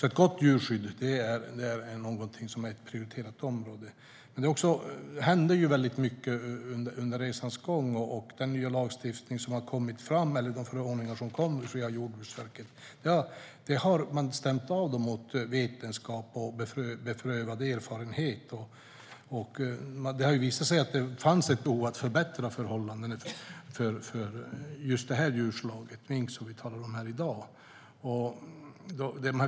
Ett gott djurskydd är alltså ett prioriterat område. Men det händer mycket under resans gång. Den nya lagstiftning som har kommit, eller de förordningar som kommer via Jordbruksverket, har man stämt av mot vetenskap och beprövad erfarenhet. Det visade sig att det fanns ett behov att förbättra förhållandena för just det här djurslaget, mink, som vi talar om här i dag.